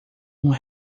uma